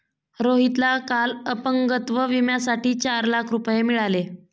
रोहितला काल अपंगत्व विम्यासाठी चार लाख रुपये मिळाले